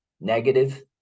negative